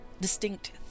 distinct